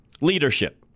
Leadership